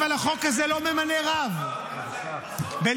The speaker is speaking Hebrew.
אבל החוק הזה לא ממנה רב, בליאק.